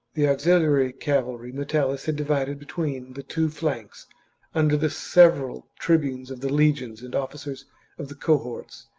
the auxiliary cavalry metellus had divided between the two flanks under the several tribunes of the legions and officers of the cohorts,